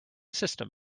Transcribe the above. system